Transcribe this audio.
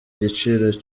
igiciro